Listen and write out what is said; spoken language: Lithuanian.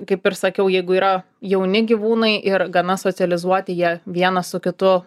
kaip ir sakiau jeigu yra jauni gyvūnai ir gana socializuoti jie vienas su kitu